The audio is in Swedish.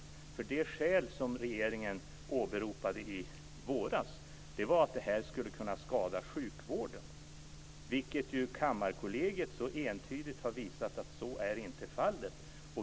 Det skäl som regeringen åberopade i våras var att det här skulle kunna skada sjukvården. Men Kammarkollegiet har entydigt visat att så är inte fallet.